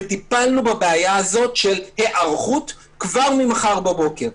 וטיפלנו בבעיה הזאת של היערכות כבר ממחר בבוקר.